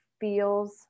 feels